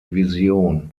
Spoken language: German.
vision